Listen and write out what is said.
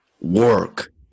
work